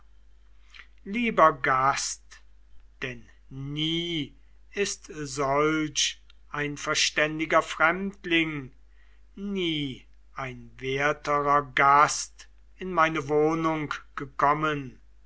lieber gast denn nie ist solch ein verständiger fremdling nie ein werterer gast in meine wohnung gekommen